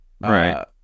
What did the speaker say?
Right